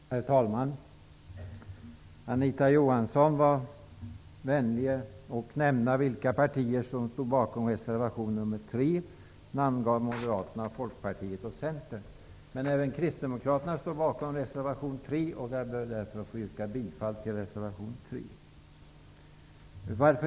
Herr talman! Anita Johansson var vänlig nog att nämna vilka partier som står bakom reservation 3. Centern. Även Kristdemokraterna står bakom reservation 3, och jag ber därför att få yrka bifall till den.